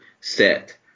set